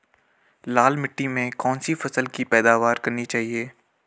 लाल मिट्टी में कौन सी फसल की पैदावार करनी चाहिए?